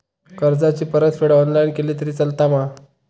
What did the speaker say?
कर्जाची परतफेड ऑनलाइन केली तरी चलता मा?